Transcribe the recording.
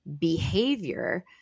behavior